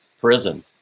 prison